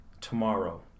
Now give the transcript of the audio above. tomorrow